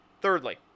Thirdly